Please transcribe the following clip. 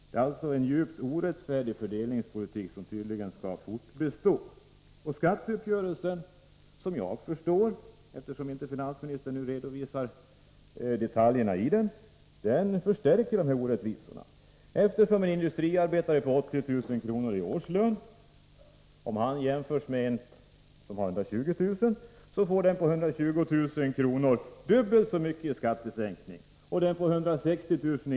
Det är alltså en djupt orättfärdig fördelningspolitik som tydligen skall bestå. Skatteuppgörelsen, som jag förstår den, för finansministern redovisar ju inte nu detaljerna i den, förstärker dessa orättvisor. Om en industriarbetare med 80 000 kr. i årslön jämförs med en person som har 120 000 kr. i årslön, står det klart att den som har 120 000 kr. får dubbelt så mycket i skattesänkning som industriarbetaren. Den som har 160 000 kr.